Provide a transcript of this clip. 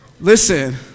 Listen